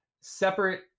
Separate